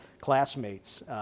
classmates